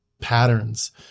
patterns